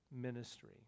ministry